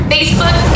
Facebook